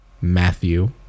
Matthew